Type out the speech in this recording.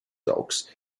dogs